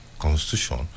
constitution